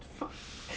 fuck